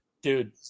Dude